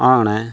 ஆமாங்கண்ண